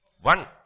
One